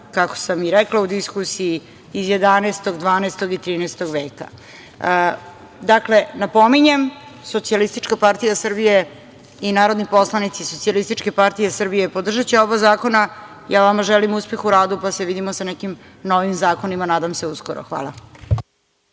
kako sam i rekla u diskusiji, iz 11, 12. i 13. veka. Dakle, napominjem, Socijalistička partija Srbije i narodni poslanici Socijalističke partije Srbije podržaće oba zakona. Vama želim uspeh u radu, pa se vidimo sa nekim novim zakonima, nadam se uskoro. Hvala.